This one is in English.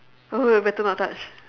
wait wait better not touch